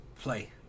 play